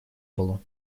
было